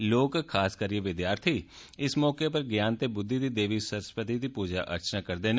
लोक खास करियै विद्यार्थी इस मौके पर ज्ञान ते बुद्धी दी देवी सरस्वती दी पूजा अर्चना करदे न